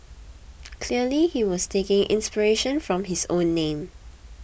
clearly he was taking inspiration from his own name